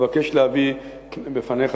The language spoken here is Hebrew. אבקש להביא בפניך,